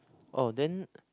oh then